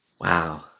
Wow